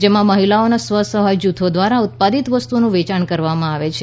જેમાં મહિલાઓના સ્વઃસહાય જૂથ દ્રારા ઉત્પાદીત વસ્તુઓનું વેચાણ કરવામાં આવે છે